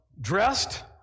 dressed